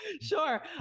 Sure